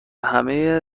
همه